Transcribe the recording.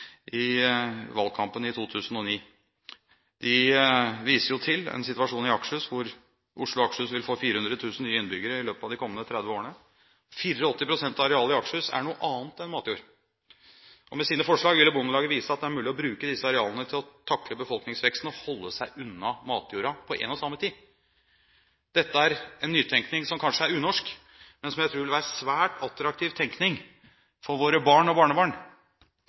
i fjor. De viste til en situasjon i Akershus hvor Oslo og Akershus vil få 400 000 nye innbyggere i løpet av de kommende 30 årene. 84 pst. av arealet i Akershus er noe annet enn matjord. Med sine forslag ville Bondelaget vise at det er mulig å bruke disse arealene til å takle befolkningsveksten og holde seg unna matjorda på en og samme tid. Dette er en nytenkning som kanskje er unorsk, men som jeg tror vil være svært attraktiv tenkning for våre barn og